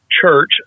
church